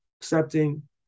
accepting